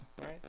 right